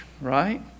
Right